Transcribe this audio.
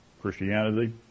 Christianity